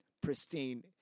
pristine